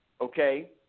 okay